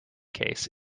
case